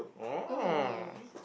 oh